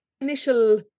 initial